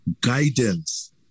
guidance